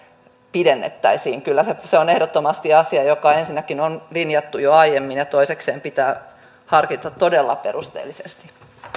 pidennettäisiin kyllä se on ehdottomasti asia joka ensinnäkin on linjattu jo aiemmin ja toisekseen pitää harkita todella perusteellisesti